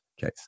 case